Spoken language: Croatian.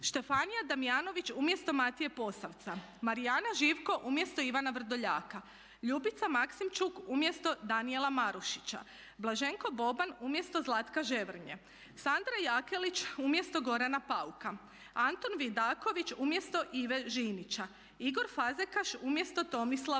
Šefanija Damjanović umjesto Matije Posavca, Marijana Živko umjesto Ivana Vrdoljaka, Ljubica Maksimčuk umjesto Danijela Marušića, Blaženko Boban umjesto Zlatka Ževrnje, Sandra Jakelić umjesto Gorana Pauka, Antun Vidaković umjesto Ive Žinića, Igor Fazekaš umjesto Tomislava